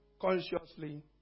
consciously